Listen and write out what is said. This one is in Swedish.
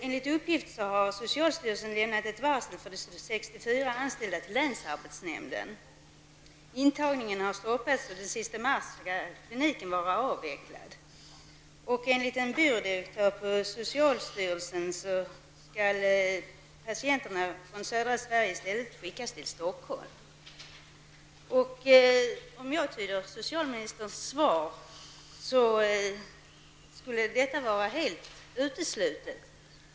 Enligt uppgift har socialstyrelsen lämnat ett varsel för de 64 anställda till länsarbetsnämnden. Intagningen har stoppats, och den sista mars skall kliniken vara avvecklat. Enligt en byrådirektör på socialstyrelsen skall patienterna från södra Sverige skickas till Stockholm. Som jag uppfattar socialministerns svar skulle detta vara helt uteslutet.